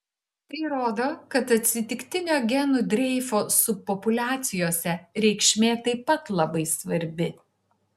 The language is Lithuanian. tai rodo kad atsitiktinio genų dreifo subpopuliacijose reikšmė taip pat labai svarbi